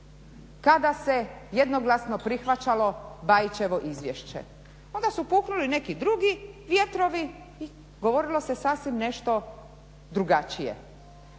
kada se jednoglasno prihvaćalo Bajićevo izvješće. Onda su puhnuli neki drugi vjetrovi i govorilo se sasvim nešto drugačije.